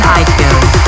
iTunes